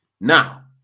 now